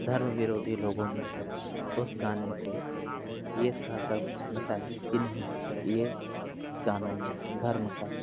कुछ धर्म विरोधी लोगों ने उस गाने को ये कह कर बताया की नहीं ये गानों में धर्म का